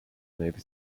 maybe